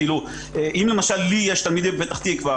אם לי יש תלמידים מפתח תקווה